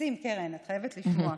מקסים קרן, את חייבת לשמוע.